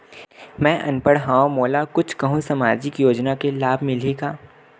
मैं अनपढ़ हाव मोला कुछ कहूं सामाजिक योजना के लाभ मिलही का?